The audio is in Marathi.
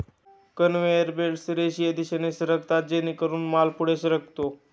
कन्व्हेयर बेल्टस रेषीय दिशेने सरकतात जेणेकरून माल पुढे सरकतो